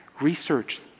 Research